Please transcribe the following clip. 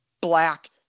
black